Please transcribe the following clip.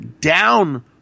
down